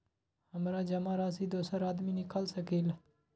हमरा जमा राशि दोसर आदमी निकाल सकील?